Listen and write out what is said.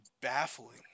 baffling